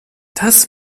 das